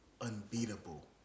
unbeatable